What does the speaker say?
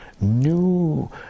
new